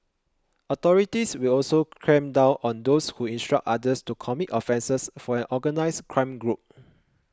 authorities will also clamp down on those who instruct others to commit offences for an organised crime group